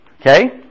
Okay